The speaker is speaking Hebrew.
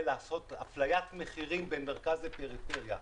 לעשות אפליית מחירים בין מרכז לפריפריה.